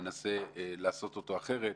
מנסה לעשות אותו אחרת.